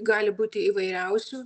gali būti įvairiausių